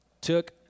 took